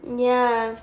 ya